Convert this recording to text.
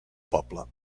poble